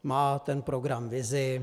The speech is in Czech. Má ten program vizi?